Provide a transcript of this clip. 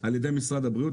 על ידי משרד הבריאות,